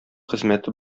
хезмәте